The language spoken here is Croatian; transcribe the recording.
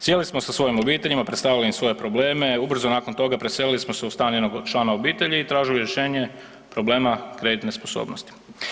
Sjeli smo sa svojim obiteljima, predstavili im svoje probleme, ubrzo nakon toga preselili smo se u stan jednog člana obitelji i tražili rješenje problema kreditne sposobnosti.